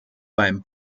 beim